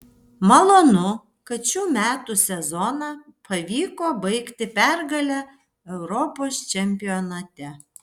malonu kad šių metų sezoną pavyko baigti pergale europos čempionate